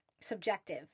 Subjective